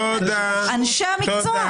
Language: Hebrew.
אנשי המקצוע.